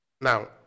Now